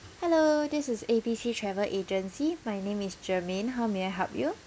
hello this is A B C travel agency my name is germaine how may I help you